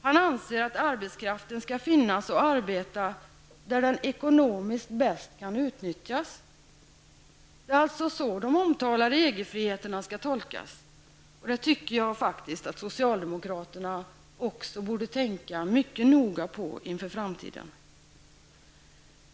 Han anser att arbetskraften skall finnas och arbeta där den ekonomiskt bäst kan utnyttjas. Det är alltså så de omtalade EG-friheterna skall tolkas! Det tycker jag att också socialdemokraterna borde tänka på mycket noga inför framtiden.